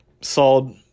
solid